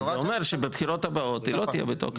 אז זה אומר שבבחירות הבאות היא לא תהיה בתוקף,